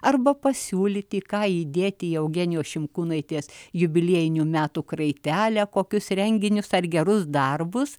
arba pasiūlyti ką įdėti į eugenijos šimkūnaitės jubiliejinių metų kraitelę kokius renginius ar gerus darbus